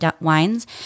wines